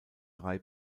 drei